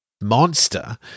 monster